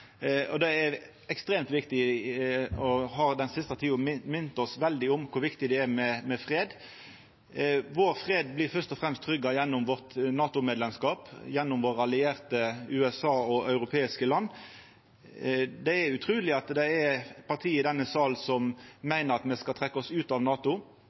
og det er ekstremt viktig. Den siste tida har minna oss veldig om kor viktig det er med fred. Vår fred blir fyrst og fremst trygga gjennom vårt NATO-medlemskap, gjennom våre allierte, USA og europeiske land. Det er utruleg at det er parti i denne sal som meiner at me skal trekkja oss ut av NATO.